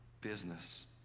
business